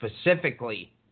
specifically